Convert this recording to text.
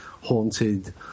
haunted